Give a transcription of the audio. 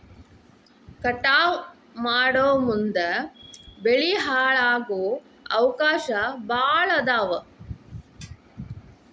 ಕಟಾವ ಮಾಡುಮುಂದ ಬೆಳಿ ಹಾಳಾಗು ಅವಕಾಶಾ ಭಾಳ ಅದಾವ